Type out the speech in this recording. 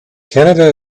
canada